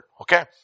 okay